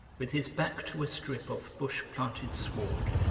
with his back to a strip of bush-planted sward,